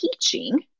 teaching